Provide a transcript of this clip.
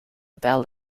about